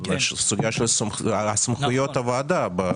של סמכויות הוועדה.